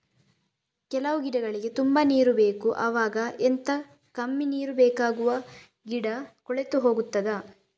ಕೆಲವು ಗಿಡಗಳಿಗೆ ತುಂಬಾ ನೀರು ಬೇಕು ಅವಾಗ ಎಂತ, ಕಮ್ಮಿ ನೀರು ಬೇಕಾಗುವ ಗಿಡ ಕೊಳೆತು ಹೋಗುತ್ತದಾ?